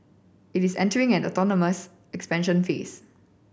it is entering an autonomous expansion phase